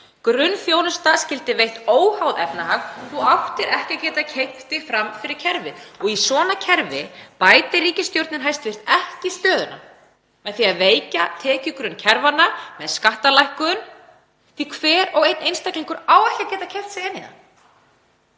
Grunnþjónusta skyldi veitt óháð efnahag og þú áttir ekki að geta keypt þig fram fyrir kerfið. Í svona kerfi bætir ríkisstjórnin ekki stöðuna með því að veikja tekjugrunn kerfanna með skattalækkun því að hver og einn einstaklingur á ekki að geta keypt sig inn í það.